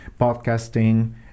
podcasting